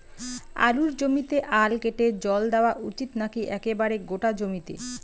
আলুর জমিতে আল কেটে জল দেওয়া উচিৎ নাকি একেবারে গোটা জমিতে?